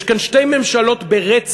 יש כאן שתי ממשלות ברצף,